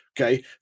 Okay